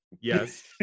Yes